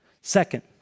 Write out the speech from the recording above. Second